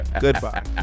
Goodbye